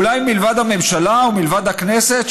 אולי מלבד הממשלה ומלבד הכנסת,